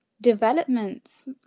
developments